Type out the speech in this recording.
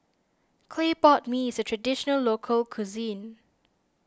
Clay Pot Mee is a Traditional Local Cuisine